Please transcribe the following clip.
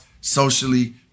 socially